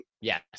yes